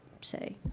say